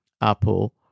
Apple